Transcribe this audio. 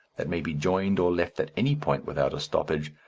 that may be joined or left at any point without a stoppage,